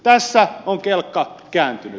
tässä on kelkka kääntynyt